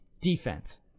defense